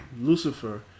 Lucifer